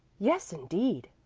yes, indeed,